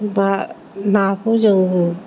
बा नाखौ जों